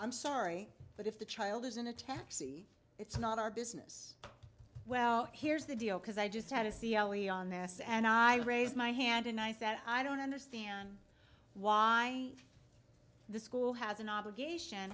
i'm sorry but if the child is in a taxi it's not our business well here's the deal because i just had a c e o we on this and i raised my hand and i said i don't understand why the school has an obligation